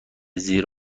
زیر